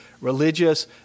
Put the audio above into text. religious